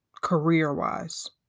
career-wise